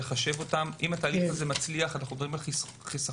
אם התהליך הזה מצליח אנחנו חוסכים כ-7